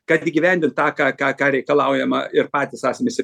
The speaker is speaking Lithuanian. kad įgyvendint tą ką ką ką reikalaujama ir patys asmenys